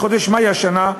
בחודש מאי השנה,